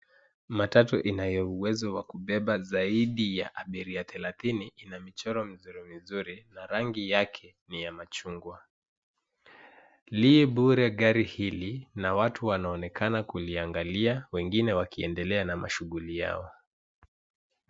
Matatu inayo uwezo wa kubeba zaidi ya abiria thelathini ina michoro mzuri mizuri na rangi yake ni ya machungwa. Li bure gari hili na watu wanonekana kuliangalia na wengine wakiendelea na mashughuli yao.